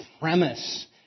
premise